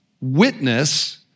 witness